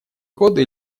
годы